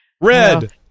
Red